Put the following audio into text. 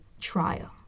trial